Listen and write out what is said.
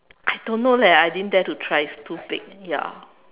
I don't know leh I didn't dare to try it's too big ya